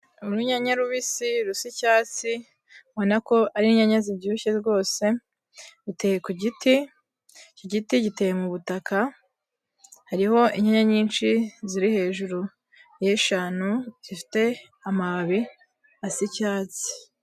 Urunyanya rubisi rusa icyatsi, ubona ko ari inyanya zibyibushye rwose, ruteye ku giti, icyo giti giteye mu butaka, hariho inya nyinshi ziri hejuru y'eshanu zifite amababi asa icyatsi.